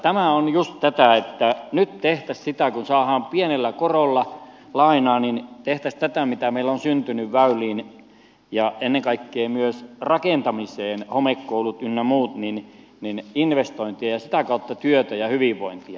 tämä on just tätä että nyt kun saadaan pienellä korolla lainaa niin tehtäisiin tätä mitä meillä on syntynyt väyliin ja ennen kaikkea myös rakentamiseen homekoulut ynnä muut investointeja ja sitä kautta työtä ja hyvinvointia